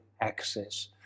access